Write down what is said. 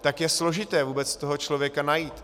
Tak je složité vůbec toho člověka najít.